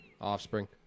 offspring